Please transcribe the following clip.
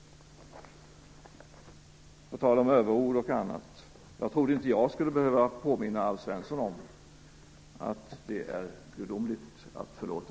På tal om överord och annat trodde jag inte att jag skulle behöva påminna Alf Svensson om att det är gudomligt att förlåta.